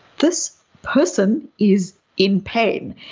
this person is in pain.